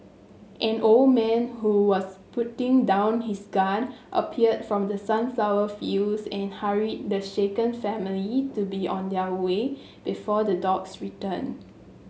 an old man who was putting down his gun appeared from the sunflower fields and hurried the shaken family to be on their way before the dogs return